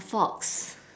fox